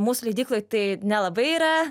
mūsų leidykloj tai nelabai yra